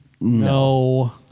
No